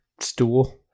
stool